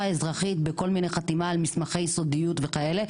האזרחית בכל מיני חתימה על מסמכי סודיות וכאלה,